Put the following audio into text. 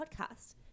podcast